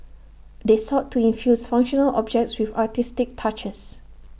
they sought to infuse functional objects with artistic touches